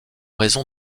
raison